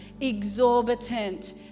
exorbitant